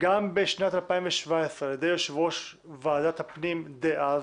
גם בשנת 2017 על ידי יושב ראש ועדת הפנים דאז,